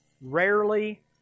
rarely